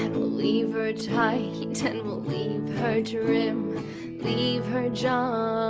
we'll leave her tight her tight and we'll leave her trim leave her, johnny,